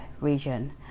region